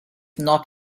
not